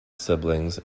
siblings